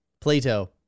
Plato